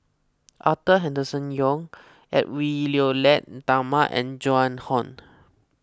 Arthur Henderson Young Edwy Lyonet Talma and Joan Hon